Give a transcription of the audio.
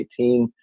2018